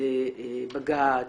בבג"צ,